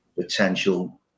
potential